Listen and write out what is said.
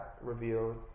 revealed